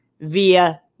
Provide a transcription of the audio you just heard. via